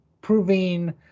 proving